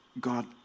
God